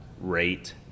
rate